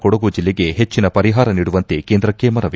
ಕೊಡಗು ಜಿಲ್ಲೆಗೆ ಹೆಚ್ಚಿನ ಪರಿಹಾರ ನೀಡುವಂತೆ ಕೇಂದ್ರಕ್ಕೆ ಮನವಿ